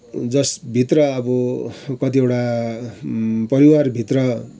जसभित्र अब कतिवटा परिवारभित्र